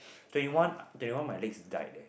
twenty one twenty one my legs died leh